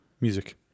music